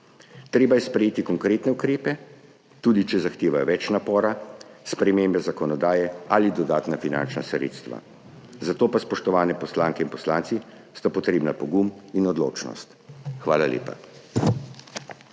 Treba je sprejeti konkretne ukrepe, tudi če zahtevajo več napora, spremembe zakonodaje ali dodatna finančna sredstva. Zato pa sta, spoštovane poslanke in poslanci, potrebna pogum in odločnost. Hvala lepa.